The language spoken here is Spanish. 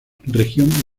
región